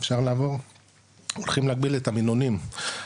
הולכים להגביל את המינונים,